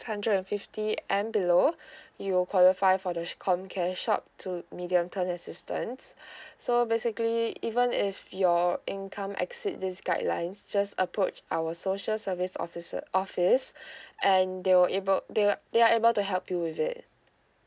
hundred and fifty and below you will qualify for the sh~ comcare short to medium term assistance so basically even if your income exceed these guidelines just approach our social service office~ office and they will able they are they are able to help you with it